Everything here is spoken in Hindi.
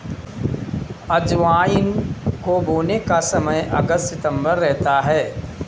अजवाइन को बोने का समय अगस्त सितंबर रहता है